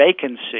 vacancy